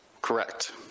Correct